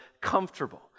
comfortable